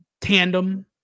tandem